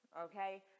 Okay